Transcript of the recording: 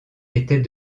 était